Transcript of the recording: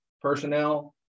personnel